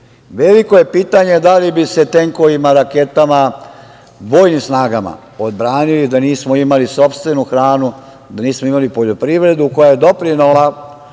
Veliko je pitanje da li bi se tenkovima, raketama, vojnim snagama odbranili da nismo imali sopstvenu hranu, da nismo imali poljoprivredu koja je doprinela